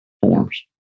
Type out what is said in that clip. forms